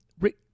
Rick